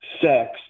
sex